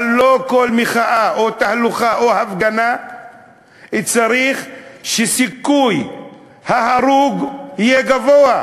אבל לא בכל מחאה או תהלוכה או הפגנה צריך להיות סיכוי גדול להרג.